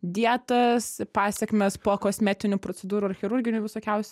dietas pasekmes po kosmetinių procedūrų ir chirurginių visokiausių